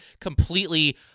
completely